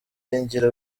niringira